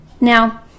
Now